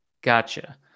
Gotcha